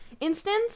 instance